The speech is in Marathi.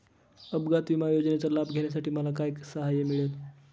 अपघात विमा योजनेचा लाभ घेण्यासाठी मला काय सहाय्य मिळेल?